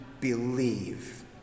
believe